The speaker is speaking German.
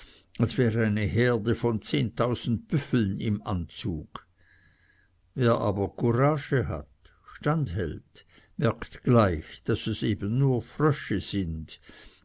als wäre eine herde von zehntausend büffeln im anzug wer aber courage hat standhält merkt gleich daß es eben nur frösche sind